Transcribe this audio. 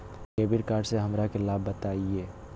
Debit card से हमरा के लाभ बताइए?